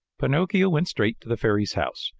pinocchio went straight to the fairy's house,